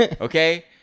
okay